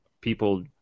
people